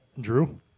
Drew